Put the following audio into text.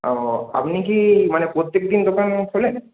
ও আপনি কি মানে প্রত্যেক দিন দোকান খোলেন